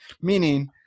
Meaning